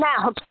now